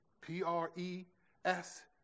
P-R-E-S